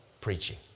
preaching